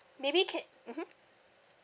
maybe ca~ mmhmm